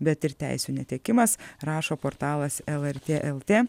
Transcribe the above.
bet ir teisių netekimas rašo portalas lrt lt